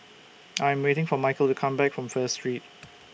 I Am waiting For Michael to Come Back from First Street